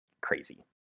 crazy